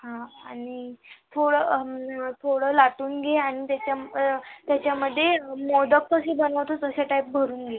हां आणि थोडं थोडं लाटून घे आणि त्याच्याम त्याच्यामध्ये मोदक कशे बनवतो तशा टाईप भरून घे